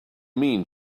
mean